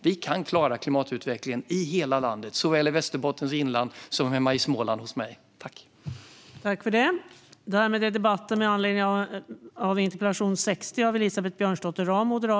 Vi kan klara klimatutvecklingen i hela landet, såväl i Västerbottens inland som hemma hos mig i Småland.